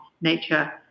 nature